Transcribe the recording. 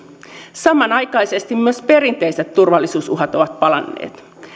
samanaikaisesti myös perinteiset turvallisuusuhat ovat palanneet